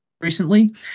recently